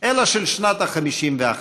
אלא של שנת ה-51.